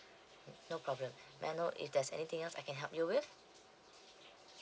no problem may I know if there's anything else I can help you with